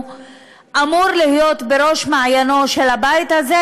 אמור להיות בראש מעייניו של הבית הזה,